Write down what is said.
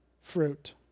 fruit